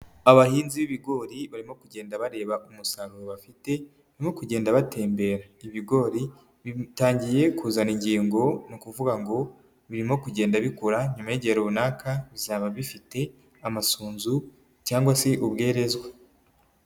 Abahinzi b'ibigori barimo kugenda bareba umusaruro bafite no kugenda batembera, ibigori bitangiye kuzana ingingo, ni ukuvuga ngo birimo kugenda bikura nyuma y'igihe runaka bizaba bifite amasunzu cyangwa se ubwerezwa.